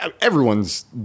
everyone's